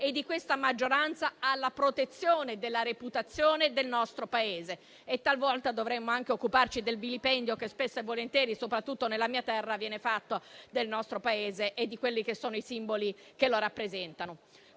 e di questa maggioranza alla protezione della reputazione del nostro Paese e talvolta dovremmo anche occuparci del vilipendio, che spesso e volentieri, soprattutto nella mia terra, viene fatto del nostro Paese e dei simboli che lo rappresentano.